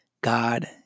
God